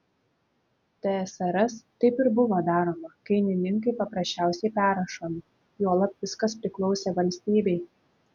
tsrs taip ir buvo daroma kainininkai paprasčiausiai perrašomi juolab viskas priklausė valstybei